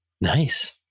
nice